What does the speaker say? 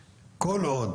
כי כל עוד